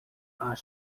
are